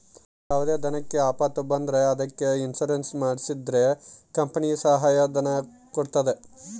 ಯಾವುದೇ ದನಕ್ಕೆ ಆಪತ್ತು ಬಂದ್ರ ಅದಕ್ಕೆ ಇನ್ಸೂರೆನ್ಸ್ ಮಾಡ್ಸಿದ್ರೆ ಕಂಪನಿ ಸಹಾಯ ಧನ ಕೊಡ್ತದ